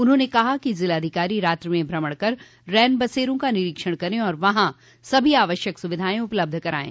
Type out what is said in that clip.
उन्होंने कहा कि जिलाधिकारी रात्रि में भ्रमण कर रैन बसेरों का निरीक्षण करें और वहां सभी आवश्यक सुविधाएं उपलबध कराएं